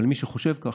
אבל מי שחושב כך,